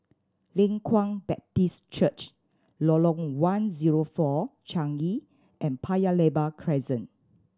Leng Kwang Baptist Church Lorong One Zero Four Changi and Paya Lebar Crescent